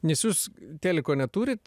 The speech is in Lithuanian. nes jūs teliko neturit